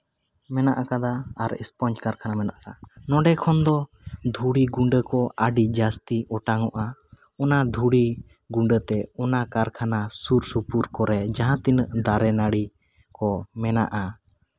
ᱢᱮᱱᱟᱜ ᱠᱟᱫᱟ ᱟᱨ ᱥᱯᱚᱧᱡᱽ ᱠᱟᱨᱠᱷᱟᱱᱟ ᱢᱮᱱᱟᱜ ᱠᱟᱜ ᱱᱚᱰᱮ ᱠᱷᱚᱱ ᱫᱚ ᱫᱷᱩᱲᱤ ᱜᱩᱰᱟᱹ ᱠᱚ ᱟᱹᱰᱤ ᱡᱟᱹᱥᱛᱤ ᱚᱴᱟᱝ ᱚᱜᱼᱟ ᱚᱱᱟ ᱫᱷᱩᱲᱤ ᱜᱩᱰᱟᱹᱛᱮ ᱚᱱᱟ ᱠᱟᱨᱠᱷᱟᱱᱟ ᱥᱩᱨ ᱥᱩᱯᱩᱨ ᱠᱚᱨᱮ ᱡᱟᱦᱟᱸ ᱛᱤᱱᱟᱹᱜ ᱫᱟᱨᱮ ᱱᱟᱹᱲᱤ ᱠᱚ ᱢᱮᱱᱟᱜᱼᱟ